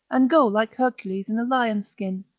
and go like hercules in a lion's skin?